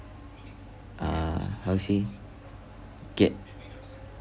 uh how say get